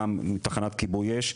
גם תחנת כיבוי אש,